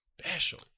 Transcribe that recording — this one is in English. special